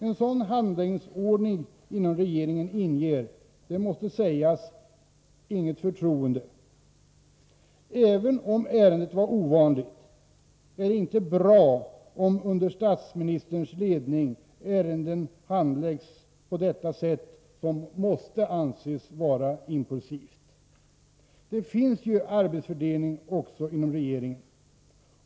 En sådan handläggningsordning inom regeringen inger — det måste sägas — inget förtroende. Även om ärendet var ovanligt är det inte bra att under statsministerns ledning ärenden handläggs på detta sätt, som måste anses vara impulsivt. Det finns ju arbetsfördelning också inom regeringen.